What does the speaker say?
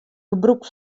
gebrûk